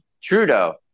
Trudeau